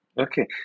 Okay